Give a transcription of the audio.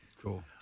Cool